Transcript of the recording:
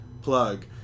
plug